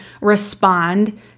respond